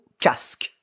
casque